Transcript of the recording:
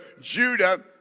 Judah